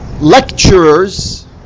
lecturers